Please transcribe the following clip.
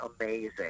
amazing